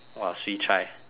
!wah! swee chai